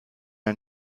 der